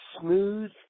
smooth